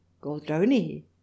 Goldoni